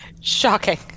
Shocking